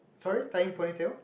sorry tying ponytail